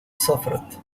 suffered